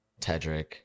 Tedrick